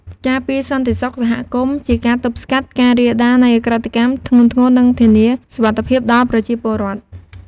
ការពារសន្តិសុខសហគមន៍ជាការ ទប់ស្កាត់ការរាលដាលនៃឧក្រិដ្ឋកម្មធ្ងន់ធ្ងរ និងធានាសុវត្ថិភាពដល់ប្រជាពលរដ្ឋ។